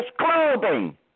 clothing